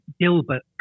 Gilbert